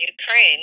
Ukraine